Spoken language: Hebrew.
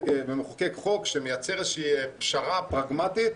ומחוקק חוק שמייצר פשרה פרגמטית,